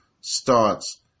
starts